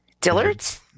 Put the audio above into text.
Dillard's